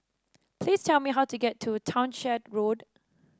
please tell me how to get to Townshend Road